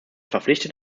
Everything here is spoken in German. verpflichtet